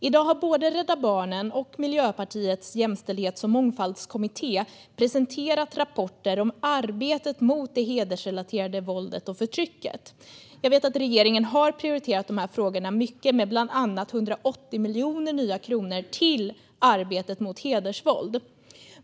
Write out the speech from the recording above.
I dag har både Rädda Barnen och Miljöpartiets jämställdhets och mångfaldskommitté presenterat rapporter om arbetet mot det hedersrelaterade våldet och förtrycket. Jag vet att regeringen har prioriterat de här frågorna mycket och bland annat avsatt 180 miljoner nya kronor till arbetet mot hedersvåld.